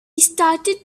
started